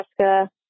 Alaska